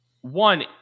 one